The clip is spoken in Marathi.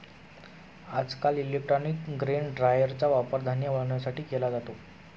आजकाल इलेक्ट्रॉनिक ग्रेन ड्रायरचा वापर धान्य वाळवण्यासाठी केला जातो